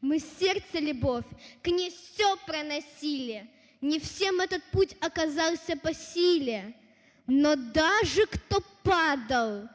в сердце любовь к ней сквозь все проносили! Не всем этот путь оказался по силе, Но даже кто падал,